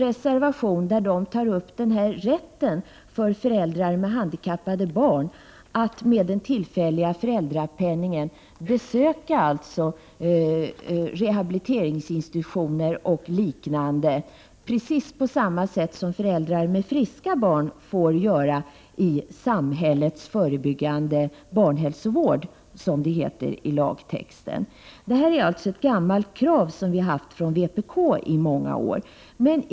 Reservationen tar upp rätten för föräldrar med handikappade barn att med tillfällig föräldrapenning besöka rehabiliteringsinstitutioner och liknande, precis på samma sätt som föräldrar med friska barn får göra i samhällets förebyggande barnhälsovård, som det heter i lagtexten. Detta är ett gammalt krav som vi från vpk har haft i många år.